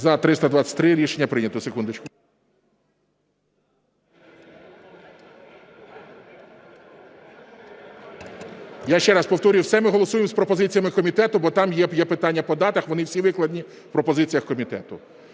За-323 Рішення прийнято. Я ще раз повторюю, все ми голосуємо з пропозиціями комітету, бо там є питання по датах, вони всі викладені в пропозиціях комітету.